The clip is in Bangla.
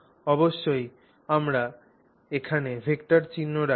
অবশ্যই আমরা এখানে ভেক্টর চিহ্ন রাখি